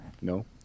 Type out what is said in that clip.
No